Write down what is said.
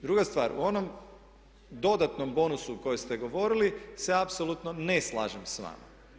Druga stvar, u onom dodatnom bonusu koji ste govorili se apsolutno ne slažem s vama.